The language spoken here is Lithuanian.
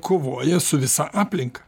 kovoja su visa aplinka